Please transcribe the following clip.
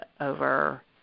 over